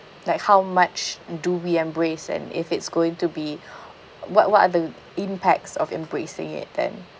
like how much do we embrace and if it's going to be what what are the impacts of embracing it then